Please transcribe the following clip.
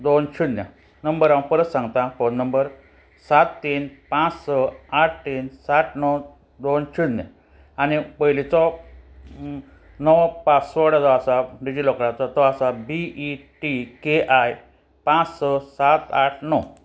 दोन शुन्य नंबर हांव परत सांगतां फोन नंबर सात तीन पांच स आठ तीन सात णव दोन शुन्य आनी पयलींचो नवो पासवड जो आसा डिजी लोकराचो तो आसा B E T K I पांच स सात आठ णव